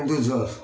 Keonjhar